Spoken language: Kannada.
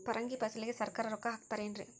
ಪರಂಗಿ ಫಸಲಿಗೆ ಸರಕಾರ ರೊಕ್ಕ ಹಾಕತಾರ ಏನ್ರಿ?